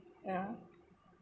ya